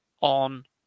on